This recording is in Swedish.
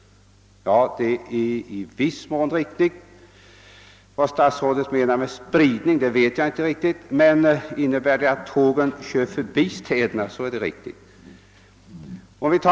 Vad statsrådet menar med »spridning» vet jag inte riktigt, men är det att tågen kör förbi städerna har han rätt.